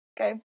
okay